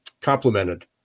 complemented